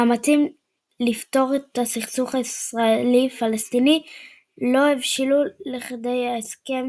מאמצים לפתור את הסכסוך הישראלי־פלסטיני לא הבשילו לכדי הסכם